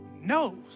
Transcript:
knows